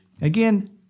Again